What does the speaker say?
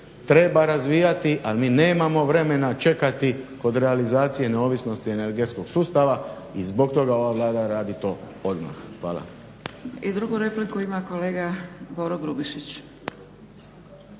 treba razvijati, al mi nemamo vremena čekati kod realizacije neovisnosti energetskog sustava i zbog toga ova Vlada radi to odmah. Hvala. **Zgrebec, Dragica (SDP)** I drugu repliku ima kolega Boro Grubišić.